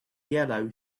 yellow